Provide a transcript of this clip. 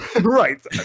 right